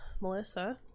Melissa